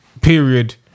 Period